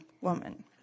woman